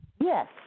Yes